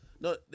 No